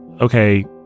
okay